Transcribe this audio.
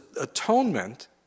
atonement